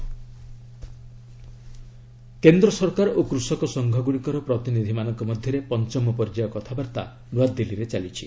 ସେଶ୍ଚର farmers talk କେନ୍ଦ୍ର ସରକାର ଓ କୃଷକ ସଂଘଗୁଡ଼ିକର ପ୍ରତିନିଧିମାନଙ୍କ ମଧ୍ୟରେ ପଞ୍ଚମ ପର୍ଯ୍ୟାୟ କଥାବାର୍ତ୍ତା ନୂଆଦିଲ୍ଲୀରେ ଚାଲିଛି